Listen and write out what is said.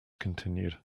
continued